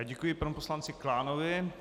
Děkuji panu poslanci Klánovi.